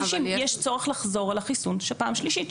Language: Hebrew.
יש צורך לחזור על החיסון פעם שלישית,